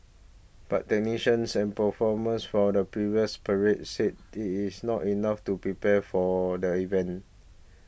but technicians and performers from the previous parades said that it is not enough to prepare for the event